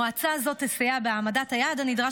המועצה הזאת תסייע בהעמדת היעד הנדרש